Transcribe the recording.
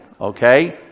Okay